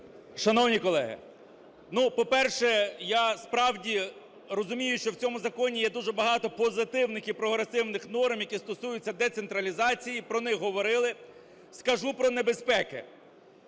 Шановні колеги! По-перше, я, справді, розумію, що в цьому законі є дуже багато позитивних і прогресивних норм, які стосуються децентралізації, про них говорили. Скажу про небезпеки…